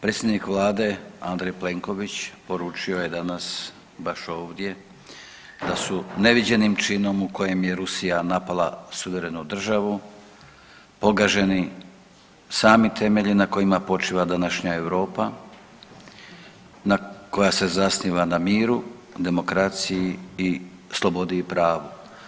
Predsjednik Vlade Andrej Plenković poručio je danas baš ovdje da su neviđenim činom u kojem je Rusija napala suverenu državu pogaženi sami temelji na kojima počiva današnja Europa, na koja se zasniva na miru, demokraciji i slobodi i pravu.